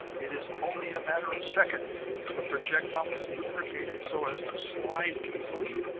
it is only a matter of seconds the projectile is lubricated so as to slide easily.